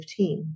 2015